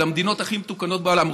על המדינות הכי מתוקנות בעולם,